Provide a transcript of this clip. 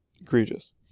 Egregious